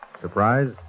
Surprise